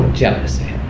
jealousy